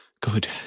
Good